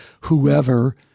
whoever